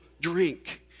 drink